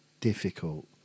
difficult